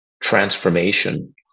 transformation